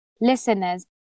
Listeners